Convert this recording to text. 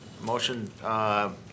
motion